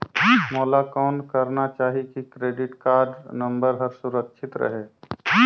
मोला कौन करना चाही की क्रेडिट कारड नम्बर हर सुरक्षित रहे?